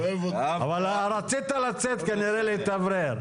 אבל רצית לצאת כנראה להתאוורר.